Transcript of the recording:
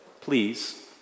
Please